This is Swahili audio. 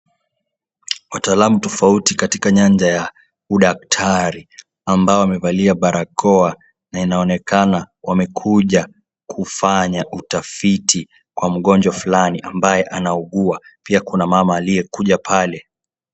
Wataalamu tofauti katika nyanja ya udaktari ambao wamevalia barakoa, na inaonekana wamekuja kufanya utafiti kwa mgonjwa fulani ambaye anaugua. Pia kuna mama aliyekuja pale.